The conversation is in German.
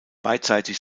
beidseitig